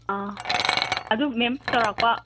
ꯑꯥ ꯑꯗꯨ ꯃꯦꯝ ꯆꯥꯎꯔꯥꯛꯄ